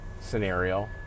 scenario